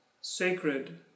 sacred